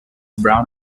brown